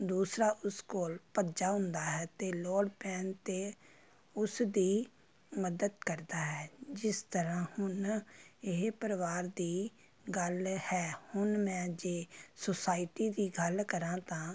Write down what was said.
ਦੂਸਰਾ ਉਸ ਕੋਲ ਭੱਜਾ ਅਉਂਦਾ ਹੈ ਅਤੇ ਲੋੜ ਪੈਣ 'ਤੇ ਉਸ ਦੀ ਮਦਦ ਕਰਦਾ ਹੈ ਜਿਸ ਤਰ੍ਹਾਂ ਹੁਣ ਇਹ ਪਰਿਵਾਰ ਦੀ ਗੱਲ ਹੈ ਹੁਣ ਮੈਂ ਜੇ ਸੁਸਾਇਟੀ ਦੀ ਗੱਲ ਕਰਾਂ ਤਾਂ